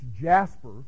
jasper